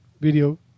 video